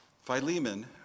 Philemon